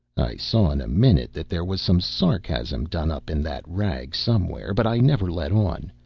saw in a minute that there was some sarcasm done up in that rag somewheres, but i never let on.